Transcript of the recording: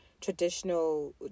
traditional